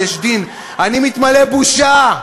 "יש דין" אני מתמלא בושה,